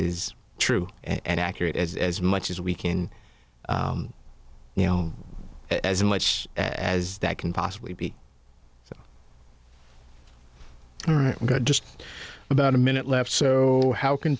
is true and accurate as much as we can you know as much as that can possibly be good just about a minute left so how can